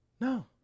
No